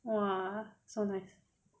!wah! so nice